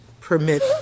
permit